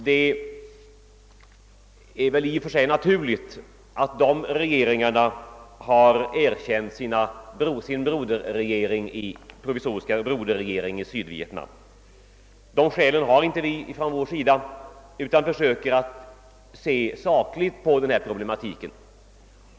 Det är väl i och för sig naturligt att regeringarna i dessa länder har erkänt sin provisoriska broderregering i Sydvietnam. De skälen har inte vi, utan vi försöker se sakligt på denna problematik.